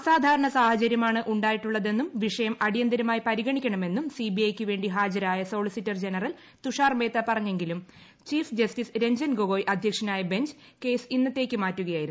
അസാധാരണ സാഹചര്യമാണ് ഉണ്ടായ്ടിട്ടുള്ളതെന്നും വിഷയം അടിയന്തരമായി പരിഗണിക്കണമെന്നും ക്യൂ നിറ്റിബിഐ യ്ക്ക് വേണ്ടി ഹാജരായ സോളിസിറ്റർ ജനറൽ തുഷ്ടിർട്ട് മേത്ത പറഞ്ഞെങ്കിലും ചീഫ് ജസ്റ്റിസ് രഞ്ജൻ ഗൊഗോയ് അധ്യക്ഷന്റിയ ബഞ്ച് കേസ് ഇന്നത്തേയ്ക്ക് മാറ്റുകയായിരുന്നു